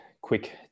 quick